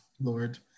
lord